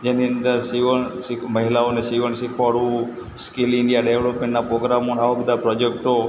જેની અંદર સિવણ શીખ મહિલાઓને સિવણ શીખવાડવું સ્કિલ ઇન્ડિયા ડેવલપમેન્ટના પ્રોગ્રામો અને આવા બધા પ્રોજેક્ટો